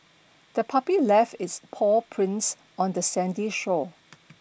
the puppy left its paw prints on the sandy shore